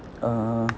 uh